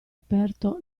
aperto